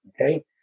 Okay